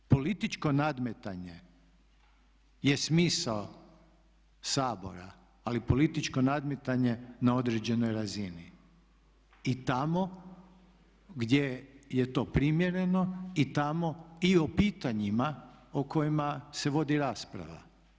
Političko nadmetanje je smisao Sabora, ali političko nadmetanje na određenoj razini i tamo gdje je to primjereno i tamo i o pitanjima o kojima se vodi rasprava.